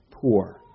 poor